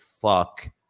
Fuck